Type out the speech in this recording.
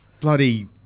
bloody